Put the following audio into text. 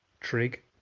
Trig